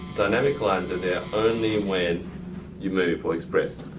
dynamic lines are there only when you move or express.